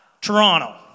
Toronto